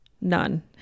none